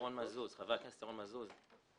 חבר הכנסת ירון מזוז,